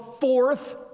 fourth